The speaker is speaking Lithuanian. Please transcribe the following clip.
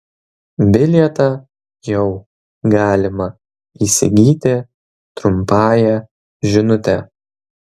bilietą jau galima įsigyti trumpąja žinute